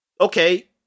okay